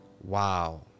Wow